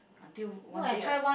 until one day I've